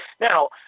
Now